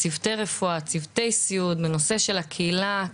לצוותי רפואה, צוותי סיעוד, בנושא של הקהילה.